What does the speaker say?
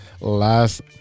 last